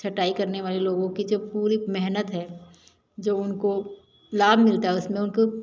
छटाई वाले लोगों की जो पूरी मेहनत है जो उनको लाभ मिलता है उसमें उनको